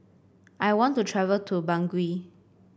I want to travel to Bangui